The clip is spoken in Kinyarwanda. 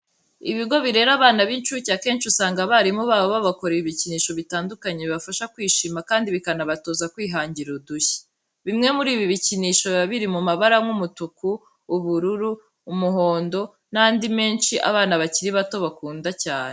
Ibigo birera abana b'incuke akenshi usanga abarimu babo babakorera ibikinisho bitandukanye bibafasha kwishima kandi bikanabatoza kwihangira udushya. Bimwe muri ibi bikinisho biba biri mu mabara nk'umutuku, ubururu, umuhondo n'andi menshi abana bakiri bato bakunda cyane.